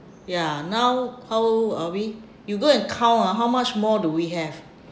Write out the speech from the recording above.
ya now how old are we you go and count ah how much more do we have